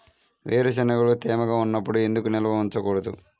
వేరుశనగలు తేమగా ఉన్నప్పుడు ఎందుకు నిల్వ ఉంచకూడదు?